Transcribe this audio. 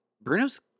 Bruno's